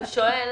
הוא שואל